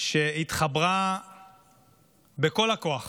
שהתחברה בכל הכוח